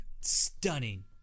Stunning